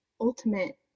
ultimate